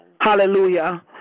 Hallelujah